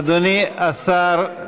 אדוני השר, בבקשה.